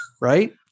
Right